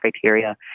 criteria